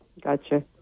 Gotcha